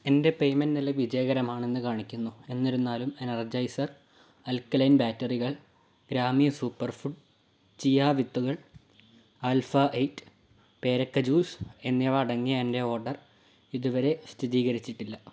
എന്റെ പേയ്മെൻറ്റ് നില വിജയകരമാണെന്ന് കാണിക്കുന്നു എന്നിരുന്നാലും എനർജൈസർ ആൽക്കലൈൻ ബാറ്ററികൾ ഗ്രാമി സൂപ്പർ ഫുഡ് ചിയ വിത്തുകൾ ആൽഫ എയ്റ്റ് പേരക്ക ജ്യൂസ് എന്നിവ അടങ്ങിയ എന്റെ ഓർഡർ ഇതുവരെ സ്ഥിതീകരിച്ചിട്ടില്ല